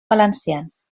valencians